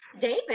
David